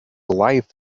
life